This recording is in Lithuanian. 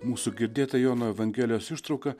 mūsų girdėta jono evangelijos ištrauka